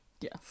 Yes